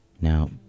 Now